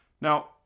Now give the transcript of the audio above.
Now